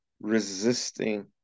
resisting